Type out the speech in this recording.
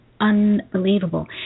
unbelievable